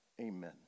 Amen